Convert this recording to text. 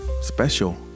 special